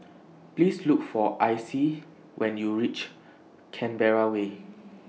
Please Look For Icie when YOU REACH Canberra Way